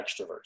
extrovert